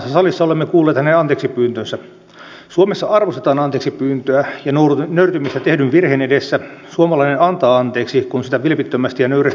voidaanko ajatella kun näitä koalitioita nyt muodostuu että rauhanturvatehtävien tai kriisinhallintatehtävien riskitasot voivat olla erilaisia riippuen siitä kenen koalitiossa ollaan mukana